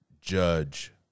judge